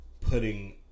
putting